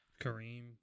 Kareem